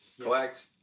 collect